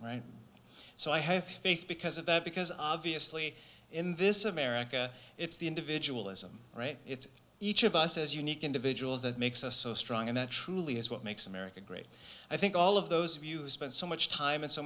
people so i have faith because of that because obviously in this america it's the individual as i'm right it's each of us as unique individuals that makes us so strong and that truly is what makes america great i think all of those of you spent so much time and so